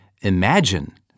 imagine